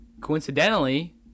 coincidentally